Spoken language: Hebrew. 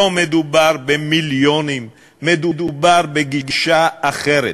לא מדובר במיליונים, מדובר בגישה אחרת.